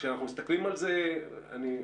מה שקובו אמר מאוד מאוד